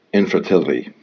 infertility